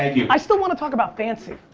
you. i still want to talk about fancy.